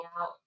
out